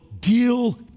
deal